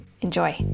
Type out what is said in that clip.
Enjoy